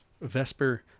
Vesper